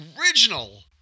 original